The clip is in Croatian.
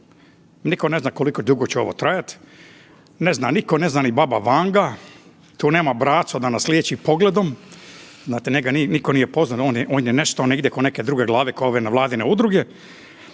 nitko ne zna koliko će ovo dugo trajat, ne zna niko, ne zna ni baba Vanga, tu nema Brace da nas liječi pogledom, njega nitko nije pozvao on je nestao negdje ko neke druge glave kao ove nevladine udruge.